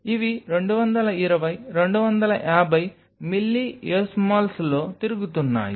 ఇవి 220 250 మిల్లియోస్మోల్స్లో తిరుగుతున్నాయి